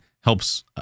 helps